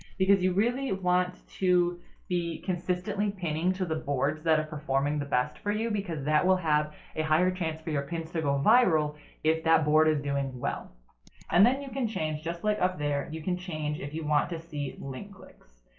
because you really want to be consistently pinning to the boards that are performing the best for you. because that will have a higher chance for your pins to go viral if that board is doing well and then you can change just like up, there you can change if you want to see link clicks.